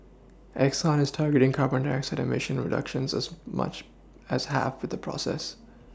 Exxon is targeting carbon dioxide eMission reductions as much as half with the process